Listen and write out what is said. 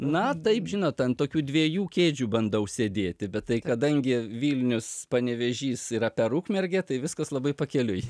na taip žinot ant tokių dviejų kėdžių bandau sėdėti bet tai kadangi vilnius panevėžys yra per ukmergę tai viskas labai pakeliui